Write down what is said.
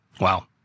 Wow